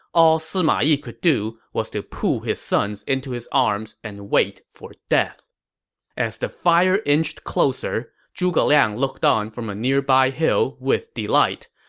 all sima yi could do was to pull his sons into his arms and wait for death as the fire inched closer, zhuge liang looked on from a nearby hill with delight.